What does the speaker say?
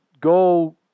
go –